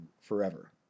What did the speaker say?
forever